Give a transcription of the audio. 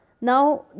Now